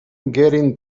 getting